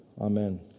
Amen